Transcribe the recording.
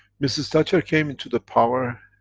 mrs thatcher came into the power